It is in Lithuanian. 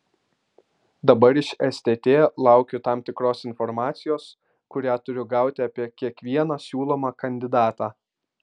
dabar iš stt laukiu tam tikros informacijos kurią turiu gauti apie kiekvieną siūlomą kandidatą